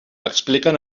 expliquen